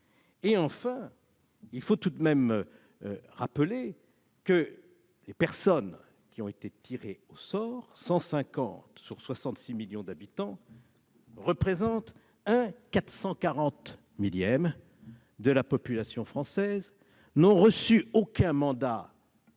il faut tout de même rappeler que les personnes tirées au sort- 150 sur 66 millions d'habitants -représentent 1/440 000 de la population française et n'ont reçu aucun mandat